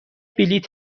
بلیت